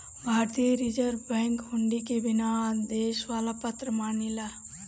भारतीय reserve bank हुंडी के बिना आदेश वाला पत्र मानेला